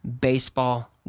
baseball